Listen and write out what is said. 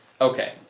Okay